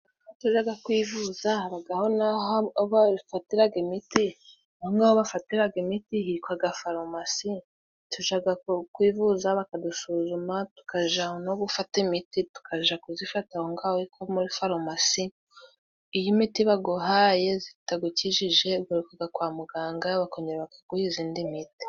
Aho tujaga kwivuza habagaho n'aho bafatiraga imiti. Aho ngaho bafatiraga imiti hitwaga farumasi, tujaga kwivuza bakadusuzuma, tukaja no gufata imiti tukaja kuzifata aho ngaho muri farumasi. Iyo imiti baguhaye zitagukijije ugarukaga kwa muganga bakongera kuguha izindi miti.